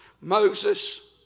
Moses